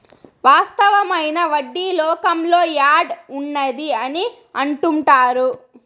వాస్తవమైన వడ్డీ లోకంలో యాడ్ ఉన్నది అని అంటుంటారు